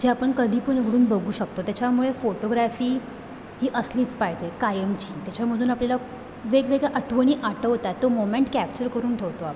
जे आपण कधी पण उघडून बघू शकतो त्याच्यामुळे फोटोग्रॅफी ही असलीच पाहिजे कायमची त्याच्यामधून आपल्याला वेगवेगळ्या आठवणी आठवतात तो मोमेंट कॅप्चर करून ठेवतो आपण